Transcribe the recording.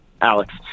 Alex